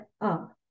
up